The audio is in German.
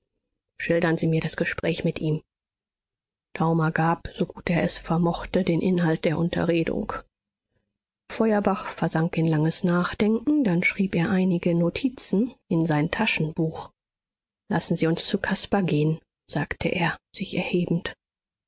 schildern sie mir das gespräch mit ihm daumer gab so gut er es vermochte den inhalt der unterredung feuerbach versank in langes nachdenken dann schrieb er einige notizen in sein taschenbuch lassen sie uns zu caspar gehen sagte er sich erhebend